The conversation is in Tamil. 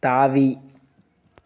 தாவி